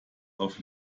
auf